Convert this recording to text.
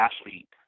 athlete